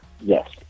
Yes